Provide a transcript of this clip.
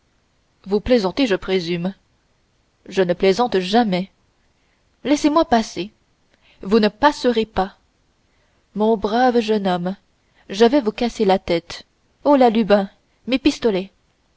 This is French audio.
vous plaisantez je présume je ne plaisante jamais laissez-moi passer vous ne passerez pas mon brave jeune homme je vais vous casser la tête holà lubin mes pistolets